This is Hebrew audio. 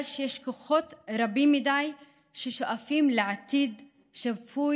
שיש כוחות רבים מדי ששואפים לעתיד שפוי,